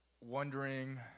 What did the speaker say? wondering